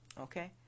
okay